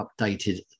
updated